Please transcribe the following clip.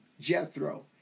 Jethro